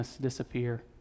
disappear